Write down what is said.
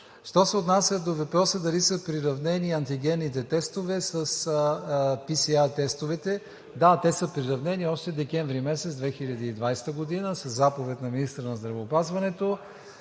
Що се отнася до въпроса дали са приравнени антигенните тестове с PСR тестовете? Да, те са приравнени още месец декември 2020 г. със заповед на министъра на здравеопазването.